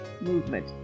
Movement